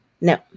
No